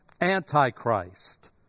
antichrist